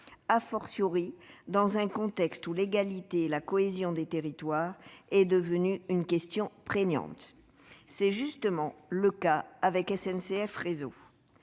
du territoire, dans un contexte où l'égalité et la cohésion des territoires sont devenues des questions prégnantes. C'est justement le cas avec SNCF Réseau.